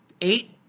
eight